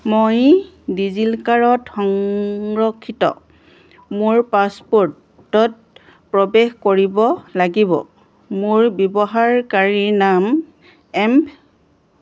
মই ডিজি লকাৰত সংৰক্ষিত মোৰ পাছপ'ৰ্টত প্ৰৱেশ কৰিব লাগিব মোৰ ব্যৱহাৰকাৰীনাম এম